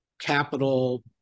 Capital